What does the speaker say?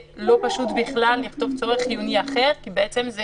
לא פשוט בכלל לכתוב צורך חיוני אחר כי בעצם זה